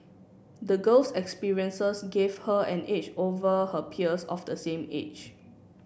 the girl's experiences gave her an edge over her peers of the same age